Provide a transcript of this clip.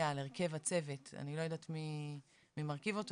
אני לא יודעת מי מרכיב את הרכב הצוות,